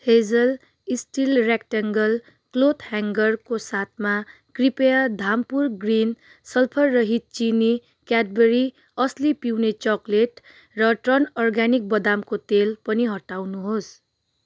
hazel steel rectangle cloth ह्याङ्गरको साथमा कृपया धामपुर ग्रिन सल्फररहित चिनी क्याडबरी असली पिउने चकलेट र टर्न अर्गानिक बदामको तेल पनि हटाउनुहोस्